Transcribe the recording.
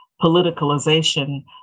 politicalization